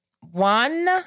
one